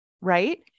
Right